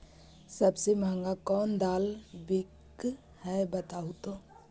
सबसे महंगा कोन दाल बिक है बताहु तो?